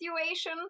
situation